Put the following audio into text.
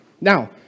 Now